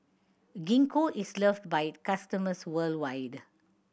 Gingko is loved by it customers worldwide